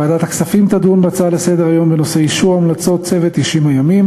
ועדת הכספים תדון בנושא: אישור המלצות צוות 90 הימים